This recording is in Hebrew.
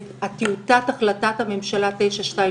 את טיוטת החלטת הממשלה 923,